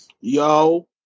Yo